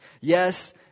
Yes